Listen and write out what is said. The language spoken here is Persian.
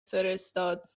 فرستاد